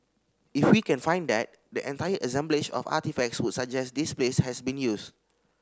if we can find that the entire assemblage of artefacts would suggest this place has been used